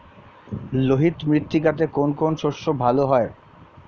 লোহিত মৃত্তিকাতে কোন কোন শস্য ভালো হয়?